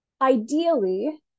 ideally